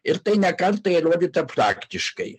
ir tai ne kartą įrodyta praktiškai